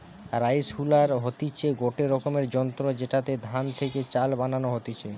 rice huller হতিছে গটে রকমের যন্ত্র জেতাতে ধান থেকে চাল বানানো হতিছে